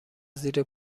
زیر